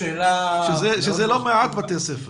שזה לא מעט בתי ספר.